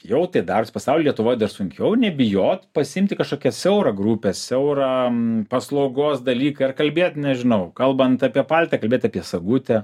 jau tai darosi pasauly lietuvoj sunkiau nebijot pasiimti kažkokią siaurą grupę siaurą paslaugos dalyką ir kalbėt nežinau kalbant apie paltą kalbėt apie sagutę